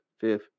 fifth